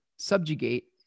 subjugate